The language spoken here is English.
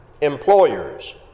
employers